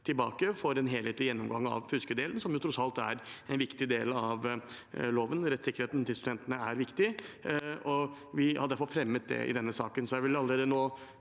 tilbake for en helhetlig gjennomgang av fuskedelen, som tross alt er en viktig del av loven. Rettssikkerheten til studentene er viktig, og vi har derfor fremmet det i denne saken.